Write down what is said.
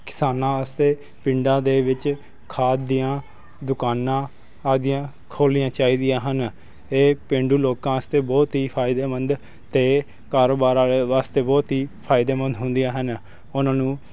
ਕਿਸਾਨਾਂ ਵਾਸਤੇ ਪਿੰਡਾਂ ਦੇ ਵਿੱਚ ਖਾਦ ਦੀਆਂ ਦੁਕਾਨਾਂ ਆਦਿ ਦੀਆਂ ਖੋਲ੍ਹਣੀਆਂ ਚਾਹੀਦੀਆਂ ਹਨ ਇਹ ਪੇਂਡੂ ਲੋਕਾਂ ਵਾਸਤੇ ਬਹੁਤ ਹੀ ਫਾਇਦੇਮੰਦ ਅਤੇ ਕਾਰੋਬਾਰ ਵਾਲਿਆਂ ਵਾਸਤੇ ਬਹੁਤ ਹੀ ਫਾਇਦੇਮੰਦ ਹੁੰਦੀਆਂ ਹਨ ਉਨ੍ਹਾਂ ਨੂੰ